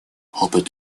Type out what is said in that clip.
опыт